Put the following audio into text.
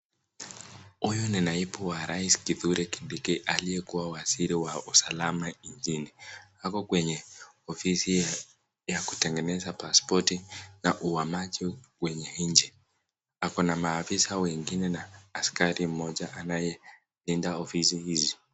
Huyu ni naibu raisi Kithure Kindiki aliyekuwa waziri wa usalama nchini. Ako kwenye ofisi ya kutengeneza passport na uhamaji kwenye nje. Ako na mafisa wengine na askari mmoja anayelida ofisi hizi.